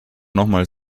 nochmal